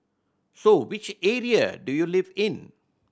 so which area do you live in